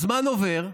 הזמן עובר,